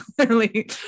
clearly